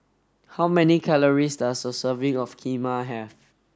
how many calories does a serving of Kheema have